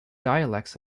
dialects